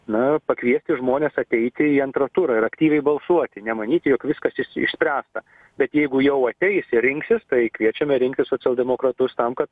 na pakviesti žmones ateiti į antrą turą ir aktyviai balsuoti nemanyti jog viskas iš išspręsta bet jeigu jau ateis ir rinksis tai kviečiame rinktis socialdemokratus tam kad